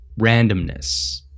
randomness